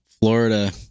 Florida